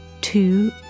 two